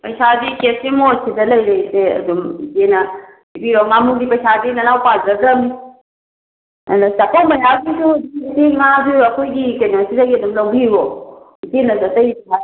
ꯄꯩꯁꯥꯒꯤ cash memo ꯁꯤꯗ ꯂꯩꯔꯦ ꯏꯆꯦ ꯑꯗꯨꯝ ꯏꯆꯦꯅ ꯄꯤꯕꯤꯔꯣ ꯉꯃꯨꯒꯤ ꯄꯩꯁꯥꯗꯤ ꯅꯅꯥꯎ ꯄꯥꯖꯈ꯭ꯔꯕꯅꯤ ꯑꯗ ꯆꯥꯀꯧ ꯃꯌꯥꯒꯤꯗꯨꯗꯤ ꯑꯈꯣꯏ ꯉꯥꯁꯨ ꯑꯈꯣꯏꯒꯤ ꯀꯩꯅꯣꯁꯤꯗꯒꯤ ꯑꯗꯨꯝ ꯂꯧꯕꯤꯌꯣ ꯏꯆꯦꯅꯁꯨ ꯑꯈꯣꯏꯒꯤ ꯁꯨꯃꯥꯏ